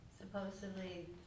supposedly